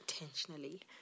Intentionally